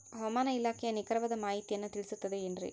ಹವಮಾನ ಇಲಾಖೆಯ ನಿಖರವಾದ ಮಾಹಿತಿಯನ್ನ ತಿಳಿಸುತ್ತದೆ ಎನ್ರಿ?